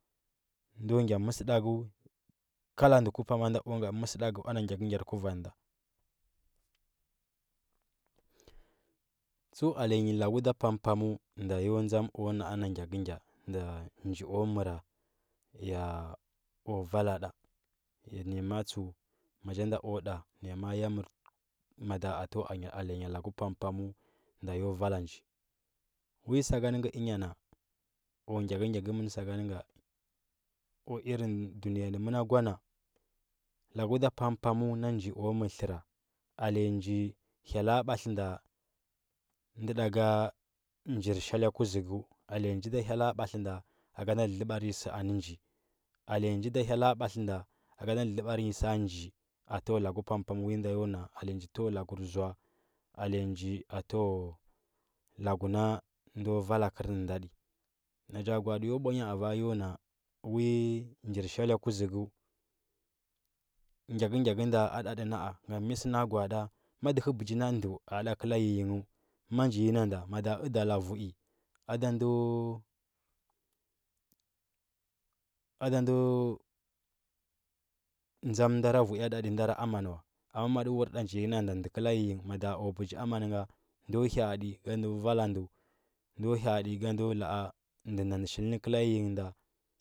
Ndo gya məsəɗakgu kala nɗe ku pana nɗa ku ngatə məsəɗakɗa u ana nbiyakəngyar kuvan nɗa. tsəu olya laku da pam paməu aɗo yo ndzam ku na, a ngyakəngya ya njo məra yak uvala nɗa ya nau ya ma. a tsəu ma nja nda ku ɗa nay a ma. a ya mɗra mada atdwa alya ya laku pam pamdu ne ya ma, a ya vala nji. Uui sagan nge əngha nak u ngyakənga kumin sagan nga ko irin ɗunəya nə məna gwa na laku ɗa pam pamdu nan ji ku mər tsəra alya nji hyella batlinda ndo nɗa ga njir shallyo kuzukdu alya nji da hyella batlinda a ka nda lə ləbar nyi səu anə nji alya nji da heyella batlinda aka nda lələbar nyi səu a nə nji atəwa laku pampamdu uui nɗa yon a alna təwa akur zoa alya nji atəwa laku nan ɗo vala kərnənda di no nja gwa, a nɗi yo mbwanya ava, a yon a we njir shallya kuzuktu ngakəgakənda a da ti na’ a ngam mə səna gwa, a da ma dəhə baji na ndzu a nda kəla yiyinghe ma nji nyi na nɗa mada ku ɗala vui a da ndo-ada ndo dzam ndara vui ndati nɗara amanə wa amma mma, a wur nda nja nyi nan ɗa ndə kəla yiyinghə mada, a ku bəji amanə nga ndo hya, ad inga ndo vala ndə, ndo hyaadi ga nɗo la, a nde ada ndə shil nə kəra yiyingh nda.